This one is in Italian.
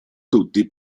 tutti